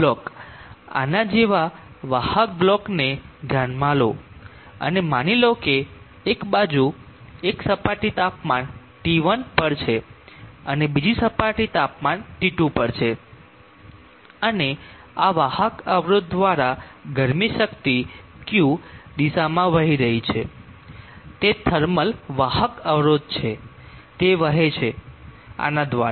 block આના જેવા વાહક બ્લોકને ધ્યાનમાં લો અને માની લો કે એક બાજુ એક સપાટી તાપમાન T1 પર છે અને બીજી સપાટી તાપમાન T2 પર છે અને આ વાહક અવરોધ દ્વારા ગરમી શક્તિ Q દિશામાં વહી રહી છે તે થર્મલ વાહક અવરોધ છે તે વહે છે આના દ્વારા